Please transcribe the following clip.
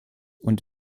und